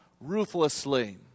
ruthlessly